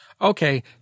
Okay